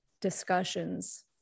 discussions